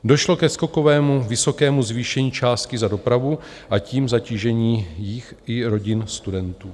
Došlo ke skokovému vysokému zvýšení částky za dopravu, a tím zatížení jich i rodin studentů.